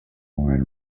wine